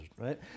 Right